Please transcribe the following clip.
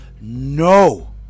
no